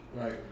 Right